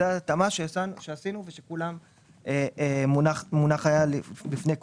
זאת התאמה שעשינו והייתה מונחת בפני כולם.